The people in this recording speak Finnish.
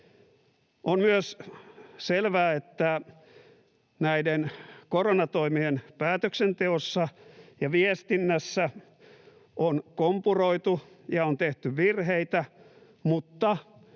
On myös selvää, että näiden koronatoimien päätöksenteossa ja viestinnässä on kompuroitu ja on tehty virheitä, mutta